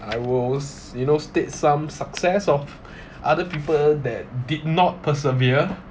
I wills you know state some success of other people that did not persevere